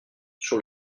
sur